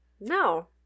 No